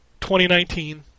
2019